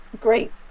great